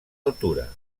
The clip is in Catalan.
altura